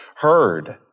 heard